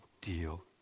deal